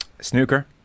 Snooker